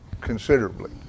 considerably